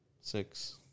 Six